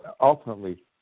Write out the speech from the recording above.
ultimately